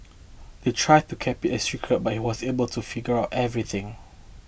they tried to keep it a secret but he was able to figure everything